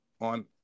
on